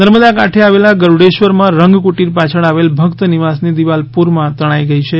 નર્મદા કાંઠે આવેલા ગરુડેશ્વર માં રંગકુટિર પચ્છલ આવેલ ભકત નિવાસ ની દીવાલ પૂર માં તણાઈ ગઈ છે